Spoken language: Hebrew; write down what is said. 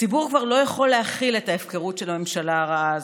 הציבור כבר לא יכול להכיל את ההפקרות של הממשלה הרעה הזאת.